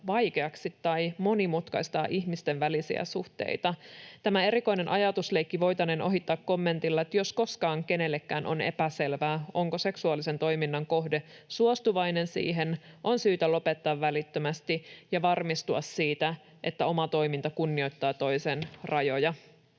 vaikeaksi tai monimutkaistaa ihmisten välisiä suhteita. Tämä erikoinen ajatusleikki voitaneen ohittaa kommentilla, että jos koskaan kenellekään on epäselvää, onko seksuaalisen toiminnan kohde suostuvainen siihen, on syytä lopettaa välittömästi ja varmistua siitä, että oma toiminta kunnioittaa toisen rajoja.